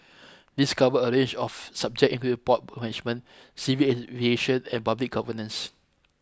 these cover a range of subject including port management civil aviation and public governance